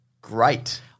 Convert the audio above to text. great